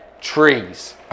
trees